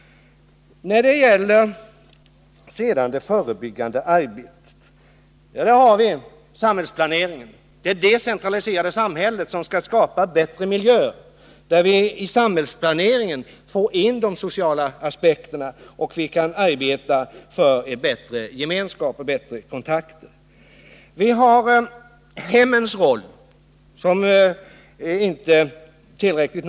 Ett led i detta förebyggande arbete är att arbeta för ett decentraliserat samhälle och därmed bättre miljöer. I samhällsplaneringen måste också de sociala aspekterna tas in. Vi måste arbeta för bättre gemenskap och bättre kontakter. Hemmens roll kan inte nog understrykas.